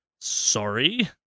Sorry